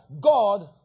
God